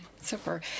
Super